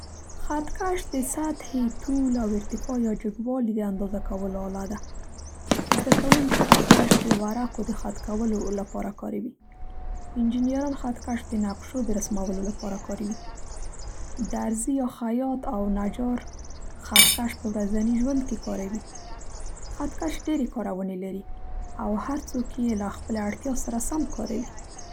خط کش د سطحې، طول او ارتفاع یا جګوالي د اندازه کولو آله ده. زده کوونکي خط کش د ورقو د خط کولو لپاره کاروي. انجیران خط کش د نقشو د رسمولو لپاره کاروي. درزي یا خیاط او نجار خط کش په خپل ورځني کار کې کاروي. خط کش ډېرې کارونې لري او هر څوک یې له خپلې اړتیا سره سم کاروي.